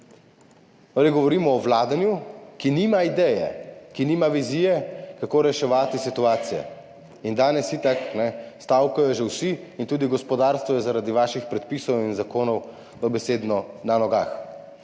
Govorimo o vladanju, ki nima ideje, ki nima vizije, kako reševati situacije, in danes itak stavkajo že vsi in tudi gospodarstvo je zaradi vaših predpisov in zakonov dobesedno na nogah.